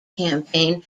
campaign